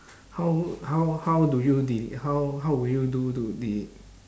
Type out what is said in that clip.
how how how do you dele~ how how would you do to delete